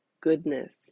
goodness